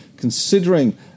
Considering